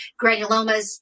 granulomas